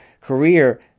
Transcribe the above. career